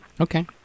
Okay